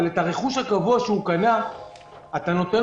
אבל את הרכוש הקבוע שהוא קנה אתה נותן